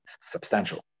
substantial